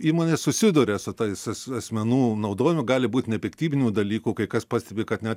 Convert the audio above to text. įmonė susiduria su tais as asmenų naudojimu gali būti nepiktybinių dalykų kai kas pastebi kad net